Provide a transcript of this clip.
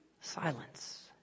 silence